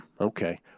Okay